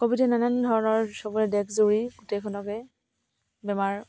ক'ভিডে নানান ধৰণৰ চবৰে দেশজুৰি গোটেইখনকে বেমাৰ